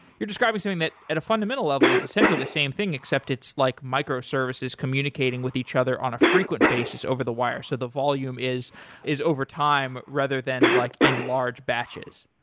you're describing something that at a fundamental level it's essentially the same thing except it's like microservices communicating with each other on a frequent basis over the wire so the volume is is overtime rather than like in large batches.